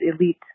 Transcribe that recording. elite